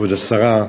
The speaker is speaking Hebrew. כבוד השרה,